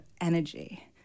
energy